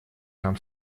нам